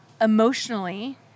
emotionally